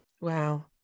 Wow